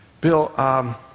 Bill